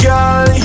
Girl